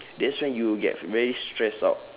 that's why you get very stressed out